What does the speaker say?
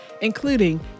including